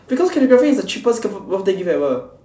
because calligraphy is the cheapest birthday gift ever